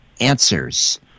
Answers